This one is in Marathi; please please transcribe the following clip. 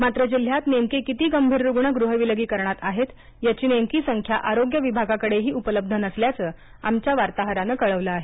मात्र जिल्ह्यात नेमके किती गंभीर रूग्ण गृहविलगीकरणात आहेत याची नेमकी संख्या आरोग्य विभागाकडेही उपलब्ध नसल्याचं आमच्या वार्ताहरानं कळवलं आहे